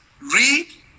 read